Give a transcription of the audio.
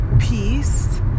peace